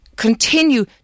Continue